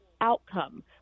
outcome